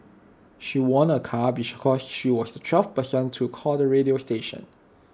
she won A car because she was the twelfth person to call the radio station